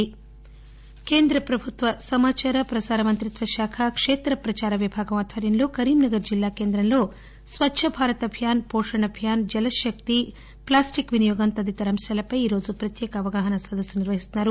కరీంనగర్ కేంద్ర ప్రభుత్వ సమాచార ప్రసార మంత్రిత్వ శాఖ కేత్ర ప్రచార విభాగం ఆధ్వర్యంలో కరీంనగర్ జిల్లా కేంద్రంలో స్వచ్చ భారత్ అభియాన్ పోషణ అభియాన్ జలశక్తి అభియాస్ ప్లాస్టిక్ వినియోగం తదితర అంశాలపై ఈరోజు ప్రత్యేక అవగాహన సదస్సు నిర్వహిస్తున్నారు